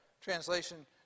Translation